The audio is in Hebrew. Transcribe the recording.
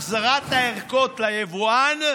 החזרת הערכות ליבואן,